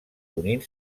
unint